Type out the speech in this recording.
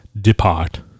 depart